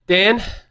Dan